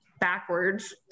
backwards